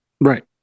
right